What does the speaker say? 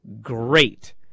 great